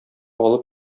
алып